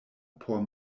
por